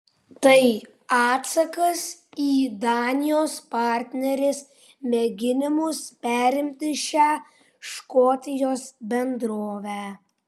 tai atsakas į danijos partnerės mėginimus perimti šią škotijos bendrovę